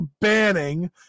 Banning